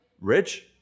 Rich